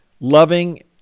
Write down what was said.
loving